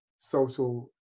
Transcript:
social